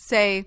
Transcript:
Say